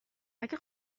اگه